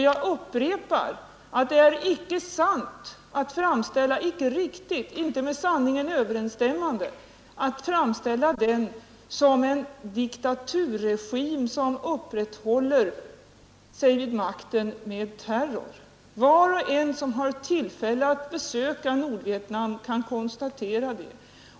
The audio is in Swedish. Jag upprepar att det är icke riktigt, icke med sanningen överensstämmande att framställa den som en diktaturregim som håller sig vid makten med terror. Var och en som har tillfälle att besöka Nordvietnam kan konstatera det.